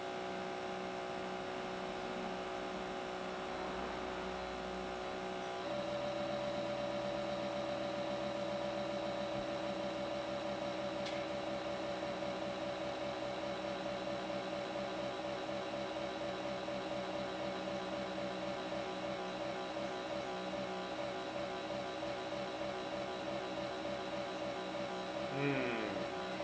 mm